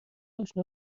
اشنا